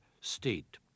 state